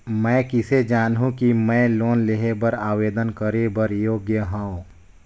मैं किसे जानहूं कि मैं लोन लेहे बर आवेदन करे बर योग्य हंव?